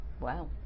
Wow